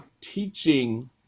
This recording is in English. teaching